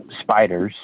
spiders